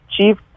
chief